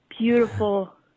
beautiful